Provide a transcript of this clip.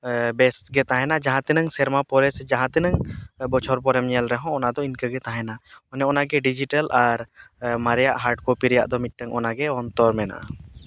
ᱵᱮᱥᱜᱮ ᱛᱟᱦᱮᱱᱟ ᱡᱟᱦᱟᱸ ᱛᱤᱱᱟᱹᱝ ᱥᱮᱨᱢᱟ ᱯᱚᱨᱮ ᱥᱮ ᱡᱟᱦᱟᱸ ᱛᱤᱱᱟᱹᱝ ᱵᱚᱪᱷᱚᱨ ᱯᱚᱨᱮᱢ ᱧᱮᱞ ᱨᱮᱦᱚᱸ ᱚᱱᱟ ᱫᱚ ᱤᱱᱠᱟᱹᱜᱮ ᱛᱟᱦᱮᱱᱟ ᱚᱱᱮ ᱚᱱᱟᱜᱮ ᱰᱤᱡᱤᱴᱮᱞ ᱟᱨ ᱢᱟᱨᱮᱭᱟᱜ ᱦᱟᱨᱰ ᱠᱚᱯᱤ ᱨᱮᱭᱟᱜ ᱫᱚ ᱢᱤᱫᱴᱟᱹᱝ ᱚᱱᱟᱜᱮ ᱚᱱᱛᱚᱨ ᱢᱮᱱᱟᱜᱼᱟ